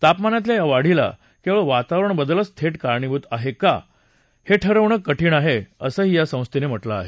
तापामानातल्या या वाढीला केवळ वातावरण बदलच थेट कारणीभूत आहे का हे ठरवणं कठीण आहे असं या संस्थेनं म्हटलं आहे